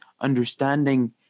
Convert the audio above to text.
understanding